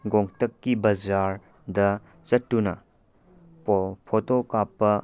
ꯒꯦꯡꯇꯣꯛꯀꯤ ꯕꯖꯥꯔꯗ ꯆꯠꯇꯨꯅ ꯐꯣꯇꯣ ꯀꯥꯞꯄ